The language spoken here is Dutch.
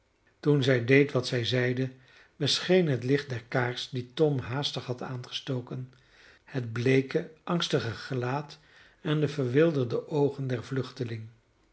toen zij deed wat zij zeide bescheen het licht der kaars die tom haastig had aangestoken het bleeke angstige gelaat en de verwilderde oogen der vluchteling